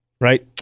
right